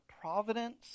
providence